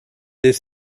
des